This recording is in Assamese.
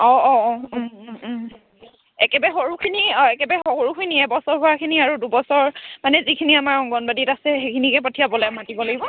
অঁ অঁ অঁ একেবাৰে সৰুখিনি অঁ একেবাৰে সৰুখিনি এবছৰ হোৱাখিনি আৰু দুবছৰ মানে যিখিনি আমাৰ অংগনবাদীত আছে সেইখিনিকে পঠিয়াবলৈ মাতিব লাগিব